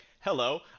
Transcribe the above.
hello